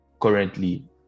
currently